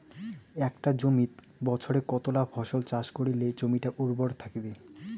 একটা জমিত বছরে কতলা ফসল চাষ করিলে জমিটা উর্বর থাকিবে?